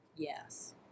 Yes